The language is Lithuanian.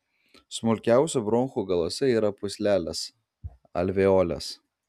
smulkiausių bronchų galuose yra pūslelės alveolės